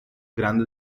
grande